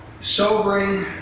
sobering